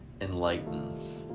enlightens